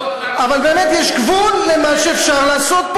אבל יש גבול למה שאפשר לעשות פה.